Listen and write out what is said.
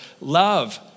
love